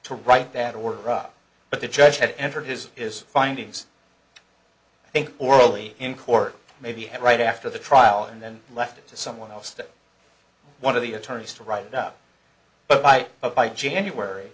to write that order up but the judge had entered his is findings and orally in court maybe had right after the trial and then left it to someone else that one of the attorneys to write up but by a by january